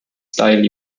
style